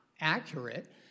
accurate